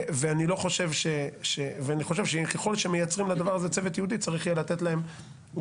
אני חושב שככל שמייצרים לדבר הזה צוות ייעודי צריך יהיה לתת לו גם